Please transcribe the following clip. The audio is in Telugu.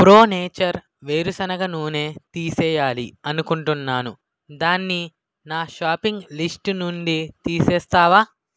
ప్రో నేచర్ వేరుశనగ నూనె తీసేయాలి అనుకుంటున్నాను దాన్ని నా షాపింగ్ లిస్ట్ నుండి తీసేస్తావా